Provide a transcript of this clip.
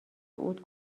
صعود